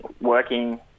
working